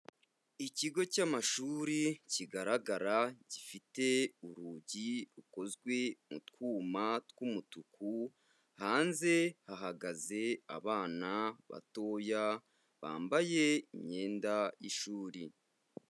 Ikigo cy'amashuri kigaragara gifite urugi rukozwe mu twuma tw'umutuku, hanze hahagaze abana batoya, bambaye imyenda y'ishuri.